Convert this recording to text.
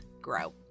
grow